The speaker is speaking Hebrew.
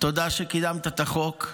תודה שקידמת את החוק.